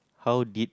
how did